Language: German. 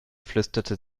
flüsterte